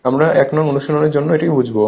আমরা 1নং অনুশীলনের জন্য এটি বুঝবো